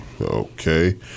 Okay